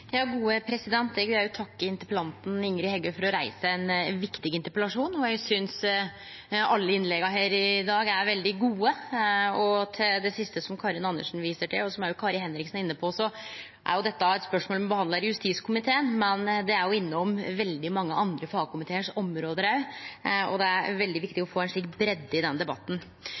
Eg vil òg takke interpellanten Ingrid Heggø for å reise ein viktig interpellasjon. Eg synest alle innlegga her i dag har vore veldig gode. Til det siste som Karin Andersen viser til, og som òg Kari Henriksen var inne på: Dette er eit spørsmål me behandlar i justiskomiteen, men det er òg innom veldig mange andre fagkomitear sine område, så det er veldig viktig å få ei slik breidde i denne debatten.